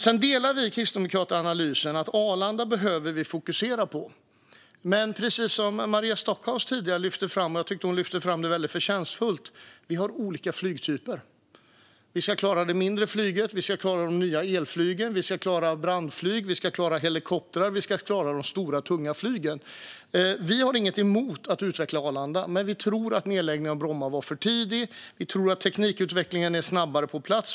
Sen delar vi kristdemokrater analysen att vi behöver fokusera på Arlanda. Men precis som Maria Stockhaus tidigare lyfte fram på ett väldigt förtjänstfullt sätt har vi olika flygtyper. Vi ska klara det mindre flyget. Vi ska klara de nya elflygen. Vi ska klara brandflyg. Vi ska klara helikoptrar. Vi ska klara de stora tunga flygplanen. Vi har inget emot att utveckla Arlanda, men vi tror att nedläggningen av Bromma var för tidig. Vi tror att teknikutvecklingen går snabbare.